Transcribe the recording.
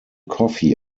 coffee